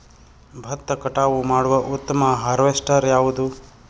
ಭತ್ತ ಕಟಾವು ಮಾಡುವ ಉತ್ತಮ ಹಾರ್ವೇಸ್ಟರ್ ಯಾವುದು?